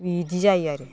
बिदि जायो आरो